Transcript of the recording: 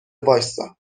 وایستا